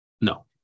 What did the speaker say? No